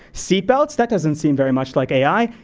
seat belts, that doesn't seem very much like ai.